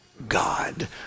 God